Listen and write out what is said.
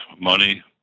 money